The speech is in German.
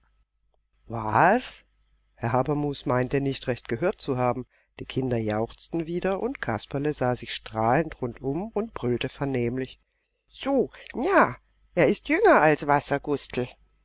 waaas herr habermus meinte nicht recht gehört zu haben die kinder jauchzten wieder und kasperle sah sich strahlend rundum und brüllte vernehmlich so ja er ist jünger als wassergustel